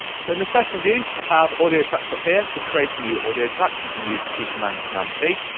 so, in the session view, you'll have audio tracks up here, to create a new audio track you can use the key command command t,